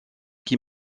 qui